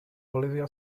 olivia